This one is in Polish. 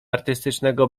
artystycznego